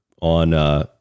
on